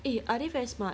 eh are they very smart